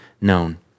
known